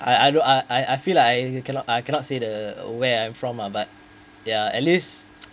I I don't I I feel like I cannot I cannot say the where I'm from uh but ya at least